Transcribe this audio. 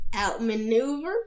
outmaneuver